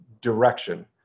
direction